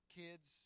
kids